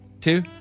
two